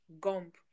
gump